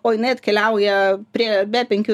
o jinai atkeliauja prie be penkių